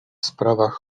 sprawach